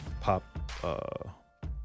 pop